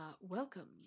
Welcome